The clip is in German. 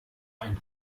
ein